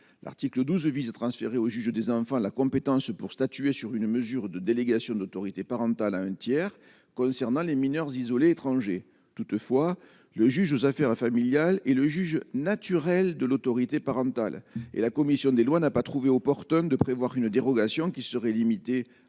l'article 12 vise à transférer au juge des enfants, la compétence pour statuer sur une mesure de délégation d'autorité parentale à un tiers concernant les mineurs isolés étrangers toutefois le juge aux affaires familiales et le juge naturel de l'autorité parentale et la commission des lois n'a pas trouvé opportun de prévoir une dérogation qui serait limité